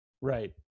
Right